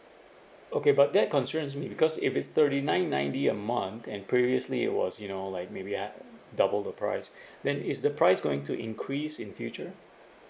okay but that concerns me because if it's thirty nine ninety a month and previously it was you know like maybe at uh double the price then is the price going to increase in future